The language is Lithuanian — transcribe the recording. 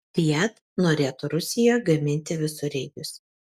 fiat norėtų rusijoje gaminti visureigius